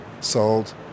sold